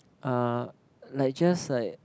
uh like just like